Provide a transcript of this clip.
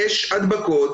יש הדבקות,